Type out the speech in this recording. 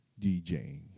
DJing